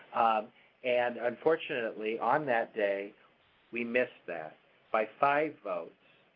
um and unfortunately, on that day we missed that by five votes,